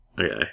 Okay